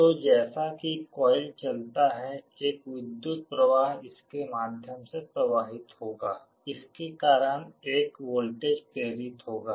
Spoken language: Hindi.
तो जैसा कि कोईल चलता है एक विद्युत प्रवाह इसके माध्यम से प्रवाहित होगा जिसके कारण एक वोल्टेज प्रेरित होगा